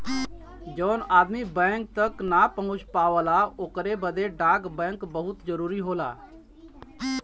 जौन आदमी बैंक तक ना पहुंच पावला ओकरे बदे डाक बैंक बहुत जरूरी होला